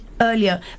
earlier